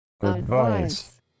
Advice